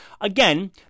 Again